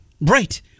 right